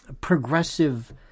progressive